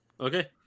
Okay